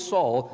Saul